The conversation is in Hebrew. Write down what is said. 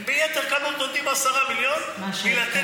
הם ביתר קלות נותנים 10 מיליון מלתת,